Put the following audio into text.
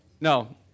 No